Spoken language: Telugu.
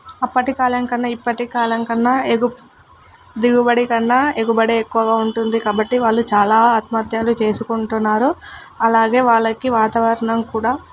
అప్పటికాలం కన్నా ఇప్పటికాలం కన్నా ఎగు దిగుబడి కన్నా ఎగుబడే ఎక్కువగా ఉంటుంది కాబట్టి వాళ్ళు చాలా ఆత్మహత్యలు చేసుకుంటున్నారు అలాగే వాళ్ళకి వాతావరణం కూడా